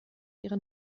ihre